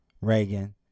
Reagan